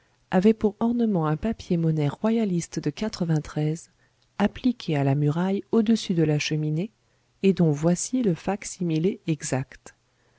avait pour ornement un papier-monnaie royaliste de appliqué à la muraille au-dessus de la cheminée et dont voici le fac-similé exact